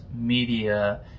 media